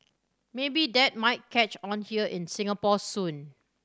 maybe that might catch on here in Singapore soon